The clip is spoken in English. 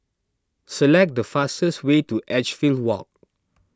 select the fastest way to Edgefield Walk